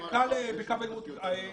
גבירתי,